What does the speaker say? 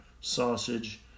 sausage